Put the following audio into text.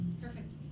perfect